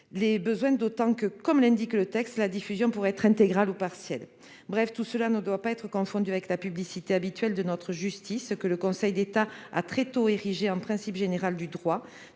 des besoins, d'autant que, comme l'indique le texte, la diffusion pourra être intégrale ou partielle. Bref, tout cela ne doit pas être confondu avec la publicité habituelle de notre justice, que le Conseil d'État a très tôt érigée en principe général du droit,